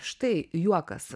štai juokas